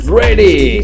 ready